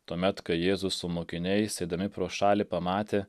tuomet kai jėzus su mokiniais eidami pro šalį pamatė